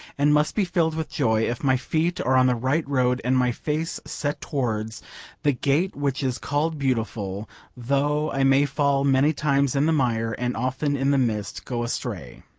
and must be filled with joy if my feet are on the right road and my face set towards the gate which is called beautiful though i may fall many times in the mire and often in the mist go astray.